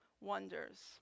wonders